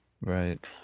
Right